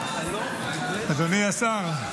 --- אדוני השר,